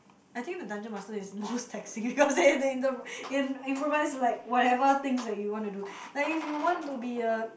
I think the dungeon master is most taxing cause they have to improvise like whatever things that you wanna do like if you want to be a